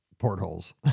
portholes